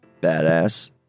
badass